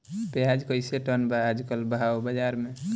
प्याज कइसे टन बा आज कल भाव बाज़ार मे?